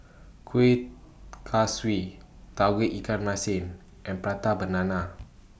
Kueh Kaswi Tauge Ikan Masin and Prata Banana